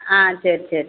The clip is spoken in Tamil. ஆ சரி சரி